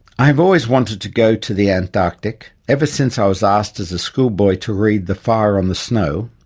i have always wanted to go to the antarctic, ever since i was asked as a schoolboy to read the fire on the snow,